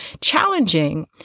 challenging